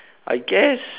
I guess